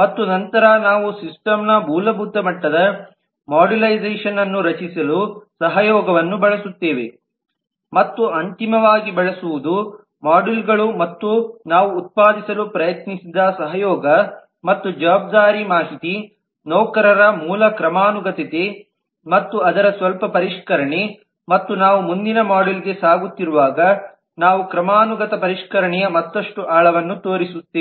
ಮತ್ತು ನಂತರ ನಾವು ಸಿಸ್ಟಮ್ನ ಮೂಲಭೂತ ಮಟ್ಟದ ಮಾಡ್ಯುಲರೈಸೇಶನ್ ಅನ್ನು ರಚಿಸಲು ಸಹಯೋಗವನ್ನು ಬಳಸುತ್ತೇವೆ ಮತ್ತು ಅಂತಿಮವಾಗಿ ಬಳಸುವುದು ಮಾಡ್ಯೂಲ್ಗಳು ಮತ್ತು ನಾವು ಉತ್ಪಾದಿಸಲು ಪ್ರಯತ್ನಿಸಿದ ಸಹಯೋಗ ಮತ್ತು ಜವಾಬ್ದಾರಿ ಮಾಹಿತಿ ನೌಕರರ ಮೂಲ ಕ್ರಮಾನುಗತತೆ ಮತ್ತು ಅದರ ಸ್ವಲ್ಪ ಪರಿಷ್ಕರಣೆ ಮತ್ತು ನಾವು ಮುಂದಿನ ಮಾಡ್ಯೂಲ್ಗೆ ಸಾಗುತ್ತಿರುವಾಗ ನಾವು ಕ್ರಮಾನುಗತ ಪರಿಷ್ಕರಣೆಯ ಮತ್ತಷ್ಟು ಆಳವನ್ನು ತೋರಿಸುತ್ತೇವೆ